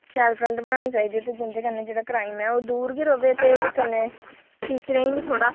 शैल फ्रैंड बनाने चाहिदे जेह्दे कन्नै ओह् जेह्ड़ा क्राईम ऐ ओह् दूर गै रवै ते कन्नै टीचरें ई बी थोह्ड़ा